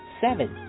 Seven